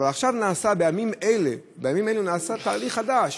אבל עכשיו, בימים אלה, נעשה תהליך חדש